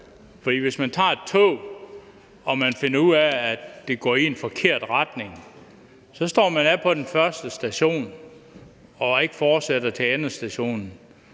For hvis man tager et tog og man finder ud af, at det går i en forkert retning, står man af på den første station og fortsætter ikke til endestationen.